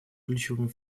ключевыми